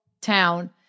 town